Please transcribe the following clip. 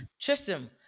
Tristan